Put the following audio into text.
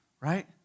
right